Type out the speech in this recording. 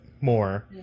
more